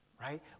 right